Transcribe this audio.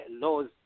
laws